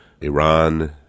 iran